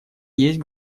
есть